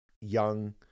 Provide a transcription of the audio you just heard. young